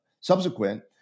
subsequent